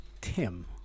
Tim